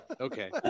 Okay